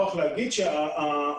כן,